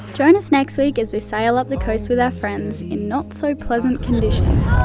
join us next week as we sail up the coast with our friends in not so pleasant conditions